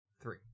three